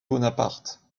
bonaparte